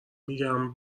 میگم